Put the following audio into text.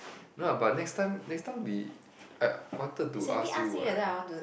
no lah but next time next time we I wanted to ask you what right